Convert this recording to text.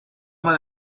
mal